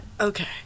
Okay